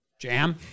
Jam